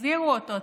החזירו אותו.